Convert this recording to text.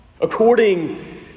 According